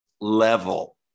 level